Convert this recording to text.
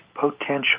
potential